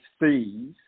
fees